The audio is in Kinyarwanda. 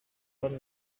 kandi